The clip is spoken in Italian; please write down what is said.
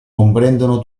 comprendono